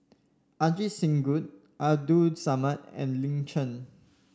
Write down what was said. Ajit Singh Gill Abdul Samad and Lin Chen